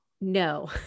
No